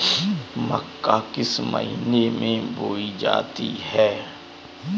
मक्का किस महीने में बोई जाती है?